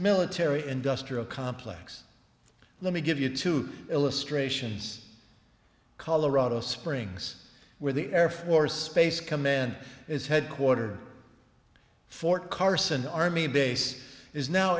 military industrial complex let me give you two illustrations colorado springs where the air force space command is headquartered fort carson army base is now